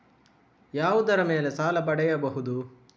ಯಾವುದರ ಮೇಲೆ ಸಾಲ ಪಡೆಯಬಹುದು?